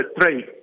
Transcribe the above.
trade